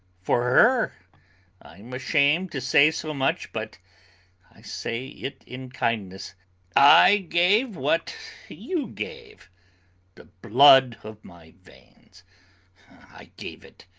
for her i am ashamed to say so much, but i say it in kindness i gave what you gave the blood of my veins i gave it,